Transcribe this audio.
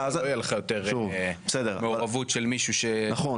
לא יהיה לך יותר מעורבות של מישהו -- נכון,